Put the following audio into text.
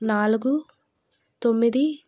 నాలుగు తొమ్మిది